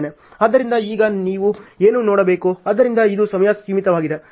ಆದ್ದರಿಂದ ಈಗ ನೀವು ಏನು ನೋಡಬೇಕು ಆದ್ದರಿಂದ ಇದು ಸಮಯ ಸೀಮಿತವಾಗಿದೆ